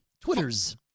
Twitters